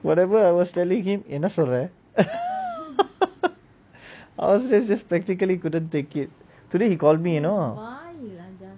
whatever I was telling him என்ன சொல்ற:enna solra practically couldn't take it today he call me you know